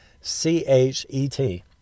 C-H-E-T